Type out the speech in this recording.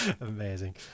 Amazing